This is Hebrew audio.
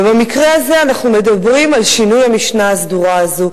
ובמקרה הזה אנחנו מדברים על שינוי המשנה הסדורה הזו,